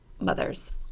mothers